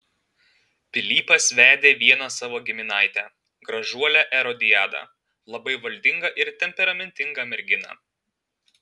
pilypas vedė vieną savo giminaitę gražuolę erodiadą labai valdingą ir temperamentingą merginą